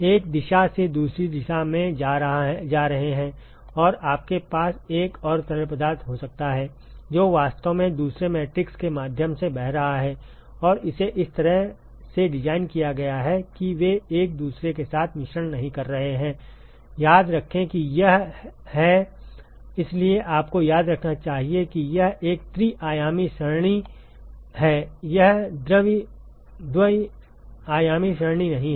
एक दिशा से दूसरी दिशा में जा रहे हैं और आपके पास एक और तरल पदार्थ हो सकता है जो वास्तव में दूसरे मैट्रिक्स के माध्यम से बह रहा है और इसे इस तरह से डिज़ाइन किया गया है कि वे एक दूसरे के साथ मिश्रण नहीं कर रहे हैं याद रखें कि यह हैइसलिए आपको याद रखना चाहिए कि यह एक त्रि आयामी सरणी है यह द्वि आयामी सरणी नहीं है